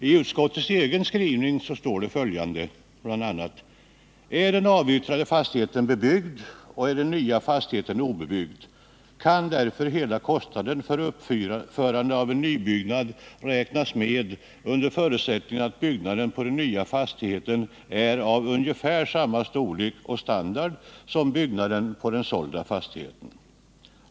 I utskottets egen skrivning står det bl.a. följande: ”Är den avyttrade fastigheten bebyggd och den nya fastigheten obebyggd kan därför hela kostnaden för uppförande av en nybyggnad räknas med under förutsättning att byggnaden på den nya fastigheten är av ungefär samma storlek och standard som byggnaden på den sålda fastigheten.